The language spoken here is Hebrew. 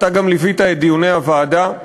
ואתה גם ליווית את דיוני הוועדה.